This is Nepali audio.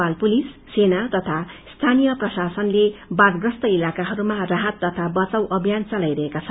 नेपाल पुलिस सेना तथा स्यानीय प्रशासनले बाढ्यस्त इताकाहरूमा राहत तथा बचाउ अभियान चलाइरहेका छन्